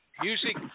music